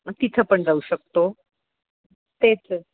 तिथं पण जाऊ शकतो तेच